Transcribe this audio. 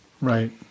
Right